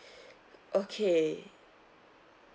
okay